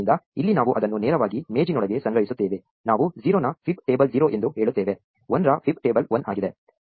ಆದ್ದರಿಂದ ಇಲ್ಲಿ ನಾವು ಅದನ್ನು ನೇರವಾಗಿ ಮೇಜಿನೊಳಗೆ ಸಂಗ್ರಹಿಸುತ್ತೇವೆ ನಾವು 0 ನ ಫೈಬ್ ಟೇಬಲ್ 0 ಎಂದು ಹೇಳುತ್ತೇವೆ 1 ರ ಫೈಬ್ ಟೇಬಲ್ 1 ಆಗಿದೆ